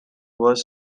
was